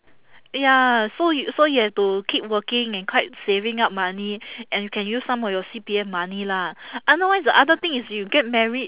ya so you so you have to keep working and quite saving up money and can you use some of your C_P_F money lah otherwise the other thing is you get married